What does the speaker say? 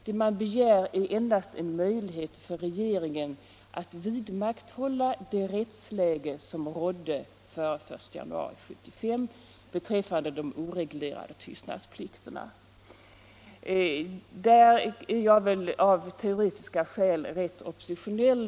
Det som man begär är — säger man — endast en möjlighet för regeringen att vidmakthålla det rättsläge som rådde före den 1 januari 1975 beträffande de oreglerade tystnadsplikterna. På den punkten är jag av teoretiska skäl rätt oppositionell.